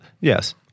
yes